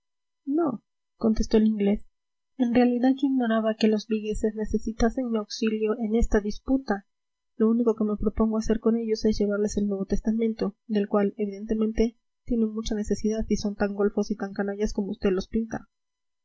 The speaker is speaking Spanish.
vigo no contestó el inglés en realidad yo ignoraba que los vigueses necesitasen mi auxilio en esta disputa lo único que me propongo hacer con ellos es llevarles el nuevo testamento del cual evidentemente tienen mucha necesidad si son tan golfos y tan canallas como usted los pinta